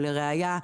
ולראיה,